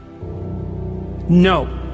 No